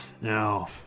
no